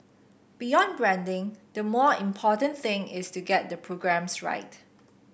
beyond branding the more important thing is to get the programmes right